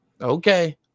Okay